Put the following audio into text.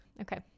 Okay